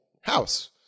house